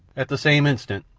at the same instant,